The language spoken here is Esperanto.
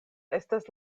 estas